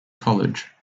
college